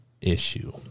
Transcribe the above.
issue